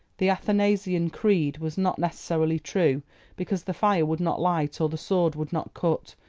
the athanasian creed was not necessarily true because the fire would not light or the sword would not cut,